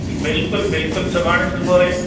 बिल्कुलु बिल्कुलु सुभाणे सुबूह जो